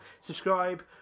subscribe